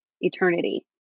eternity